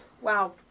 Wow